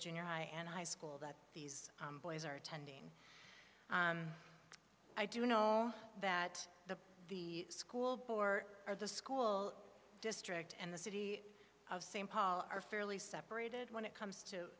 junior high and high school that boys are attending i do know that the the school board or the school district and the city of st paul are fairly separated when it comes to